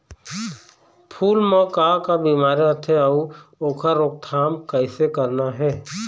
फूल म का का बिमारी आथे अउ ओखर रोकथाम कइसे करना हे?